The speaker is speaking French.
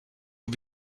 aux